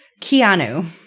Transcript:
Keanu